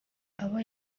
abo